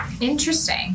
Interesting